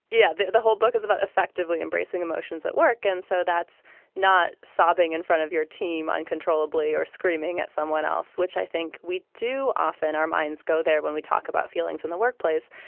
yeah. the the whole book is about effectively embracing emotions at work, and so that's not sobbing in front of your team uncontrollably or screaming at someone else, which i think we do often our minds go there when we talk about feelings in the workplace.